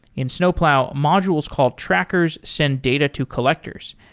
in snowplow, modules called trackers send data to collectors,